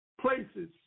places